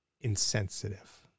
insensitive